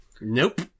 Nope